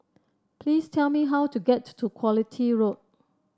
please tell me how to get to Quality Road